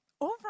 over